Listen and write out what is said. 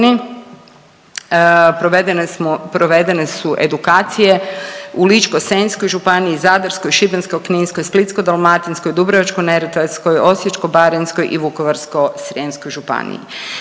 provedene su edukacije u Ličko-senjskoj županiji, Zadarskoj, Šibensko-kninskoj, Splitsko-dalmatinskoj, Dubrovačko-neretvanskoj, Osječko-baranjskoj i Vukovarsko-srijemskoj županiji.